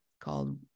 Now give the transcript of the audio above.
called